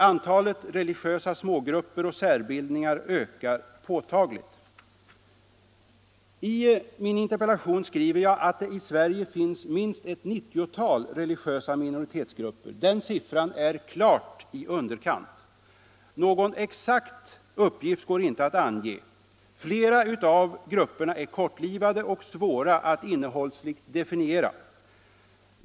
Antalet religiösa smågrupper och särbildningar ökar påtagligt. I min interpellation skriver jag att det i Sverige finns minst ett 90-tal religiösa minoritetsgrupper. Den siffran är klart i underkant. Någon exakt uppgift går inte att ange. Flera av grupperna är kortlivade och svåra att innehållsmässigt definiera.